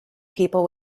people